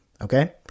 Okay